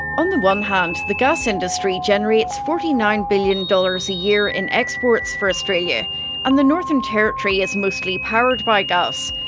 on the one hand, the gas industry generates forty nine billion dollars a year in exports for australia and the northern territory is mostly powered by gas.